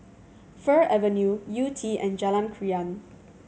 Fir Avenue Yew Tee and Jalan Krian